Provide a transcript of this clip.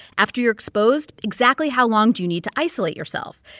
after you're exposed, exactly how long do you need to isolate yourself?